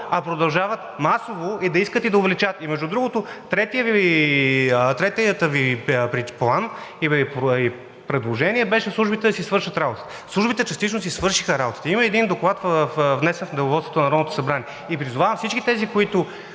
а продължават масово и да искат, и да увеличават? Между другото, третият Ви план и предложение беше службите да си свършат работата. Службите частично си свършиха работата – има един доклад, внесен в Деловодството